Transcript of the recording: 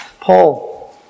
Paul